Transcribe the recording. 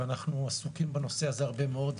ואנחנו עסוקים בנושא הזה הרבה מאוד,